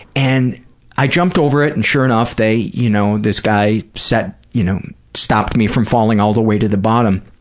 and i jumped over it and, sure enough, they, you know, this guy you know stopped me from falling all the way to the bottom,